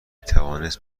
توانست